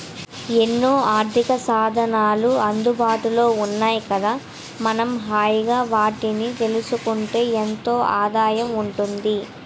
ఎన్నో ఆర్థికసాధనాలు అందుబాటులో ఉన్నాయి కదా మనం హాయిగా వాటన్నిటినీ తెలుసుకుంటే ఎంతో ఆదాయం ఉంటుంది